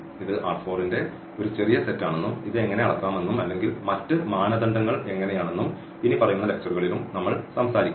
ഇത് ന്റെ ഒരു ചെറിയ സെറ്റാണെന്നും ഇത് എങ്ങനെ അളക്കാമെന്നും അല്ലെങ്കിൽ മറ്റ് മാനദണ്ഡങ്ങൾ എങ്ങനെയാണെന്നും ഇനിപ്പറയുന്ന ലെക്ച്ചറുകളിലും നമ്മൾ സംസാരിക്കും